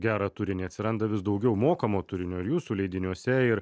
gerą turinį atsiranda vis daugiau mokamo turinio ir jūsų leidiniuose ir